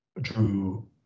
drew